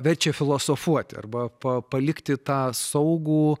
verčia filosofuoti arba pa palikti tą saugų